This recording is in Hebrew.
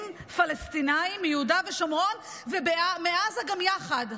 פלסטינים מיהודה ושומרון ומעזה גם יחד,